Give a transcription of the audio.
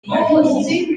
bihagije